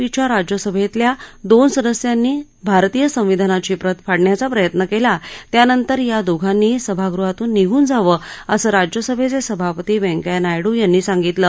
P च्या राज्यसभक्क्या दोन सदस्यांनी भारतीय संविधानाची प्रत फाडण्याचा प्रयत्न कला त्यानंतर या दोघांनीही सभागृहातून निघून जावं असं राज्यसभघ सभापती व्यंकय्या नायडू यांनी सांगितलं